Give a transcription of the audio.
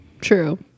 True